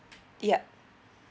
yup